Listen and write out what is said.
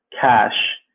cash